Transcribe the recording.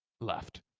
left